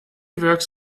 works